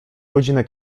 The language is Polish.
godzinę